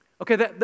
Okay